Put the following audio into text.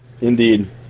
Indeed